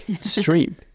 stream